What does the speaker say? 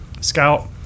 scout